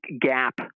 gap